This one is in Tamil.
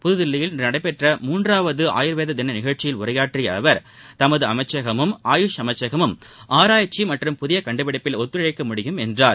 புதுதில்லியில் இன்று நடைபெற்ற மூன்றாவது ஆயுர்வேத தின நிஷழ்ச்சியில் உரையாற்றிய அவர் தமது அமைச்சகமும் ஆயுஷ் அமைச்சகமும் ஆராய்ச்சி மற்றும் புதிய கண்டுபிடிப்பில் ஒத்துழைக்க முடியும் என்றார்